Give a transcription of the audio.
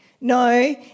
No